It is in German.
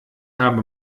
habe